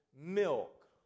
Milk